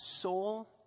soul